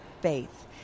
faith